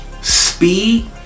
speed